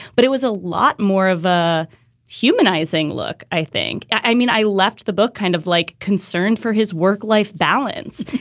but it was a lot more of a humanizing look, i think. i mean, i left the book kind of like concerned for his work life balance.